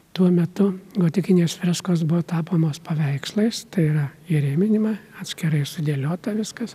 tuo metu gotikinės freskos buvo tapomos paveikslais tai yra įrėminima atskirai sudėliota viskas